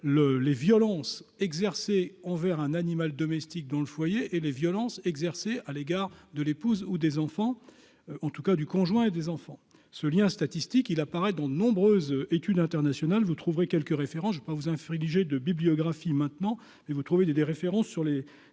les violences exercées envers un animal domestique dans le foyer et les violences exercées à l'égard de l'épouse ou des enfants, en tout cas du conjoint et des enfants, ce lien statistique il apparaît dans de nombreuses études internationales, vous trouverez quelques références, je peux pas vous infliger de bibliographie maintenant et vous trouvez des des références sur les